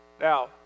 Now